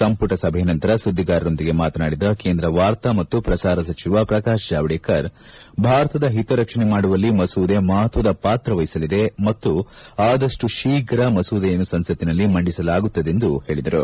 ಸಂಪುಟ ಸಭೆಯ ನಂತರ ಸುಧಿಗಾರರೊಂದಿಗೆ ಮಾತನಾಡಿದ ಕೇಂದ್ರ ವಾರ್ತಾ ಮತ್ತು ಪ್ರಸಾರ ಸಚಿವ ಪ್ರಕಾಶ್ ಜಾವಡೇಕರ್ ಭಾರತದ ಹಿತರಕ್ಷಣೆ ಮಾಡುವಲ್ಲಿ ಮಸೂದೆ ಮಹತ್ವದ ಪಾತ್ರ ವಹಿಸಲಿದೆ ಮತ್ತು ಆದಷ್ಟೂ ಶೀಘ್ರ ಮಸೂದೆಯನ್ನು ಸಂಸತಿನಲ್ಲಿ ಮಂಡಿಸಲಾಗುವುದೆಂದು ಹೇಳದರು